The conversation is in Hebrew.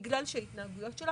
בגלל שההתנהגויות שלה